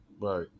right